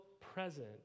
present